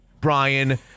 Brian